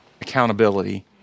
Accountability